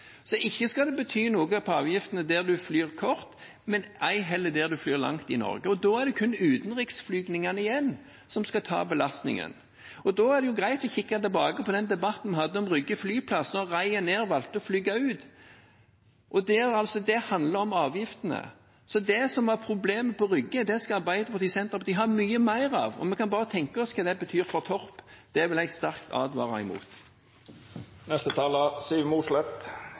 Så ikke skal det bety noe for avgiftene når en flyr kort, men ei heller når en flyr langt i Norge. Da er det kun utenriksflygningene igjen, som skal ta belastningen. Da er det greit å kikke tilbake på den debatten vi hadde om Rygge flyplass, da Ryanair valgte å fly ut. Det handlet om avgiftene. Så det som var problemet på Rygge, skal Arbeiderpartiet og Senterpartiet ha mye mer av, og vi kan bare tenke oss hva det betyr for Torp. Det vil jeg sterkt advare mot. Representanten Siv Mossleth